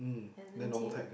and N_T